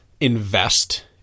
invest